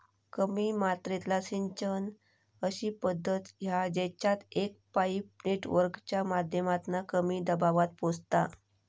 कमी मात्रेतला सिंचन अशी पद्धत हा जेच्यात एक पाईप नेटवर्कच्या माध्यमातना कमी दबावात पोचता